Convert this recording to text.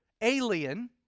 alien